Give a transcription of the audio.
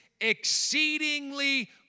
exceedingly